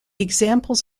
examples